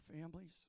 families